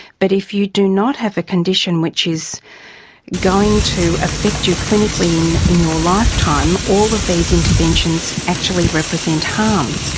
but if you do not have a condition which is going to affect you clinically in in your lifetime, all of these interventions actually represent harm.